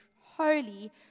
holy